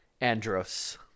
Andros